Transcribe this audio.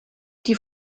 die